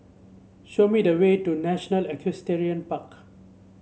show me the way to National Equestrian Park